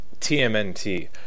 TMNT